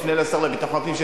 נפנה לשר לביטחון פנים,